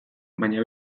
baina